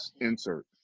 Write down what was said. insert